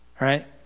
right